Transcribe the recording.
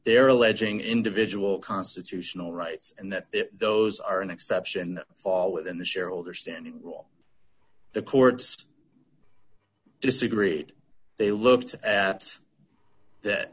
they're alleging individual constitutional rights and that those are an exception fall within the shareholder standing law the courts disagreed they looked at that